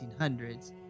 1800s